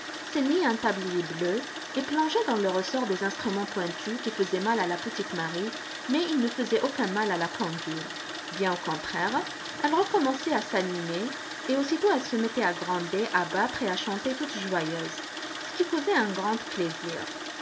ceignait un tablier bleu et plongeait dans les ressorts des instruments pointus qui faisaient mal à la petite marie mais il ne faisait aucun mal à la pendule bien au contraire elle recommençait à s'animer et aussitôt elle se mettait à gronder à battre et à chanter toute joyeuse ce qui causait un grand plaisir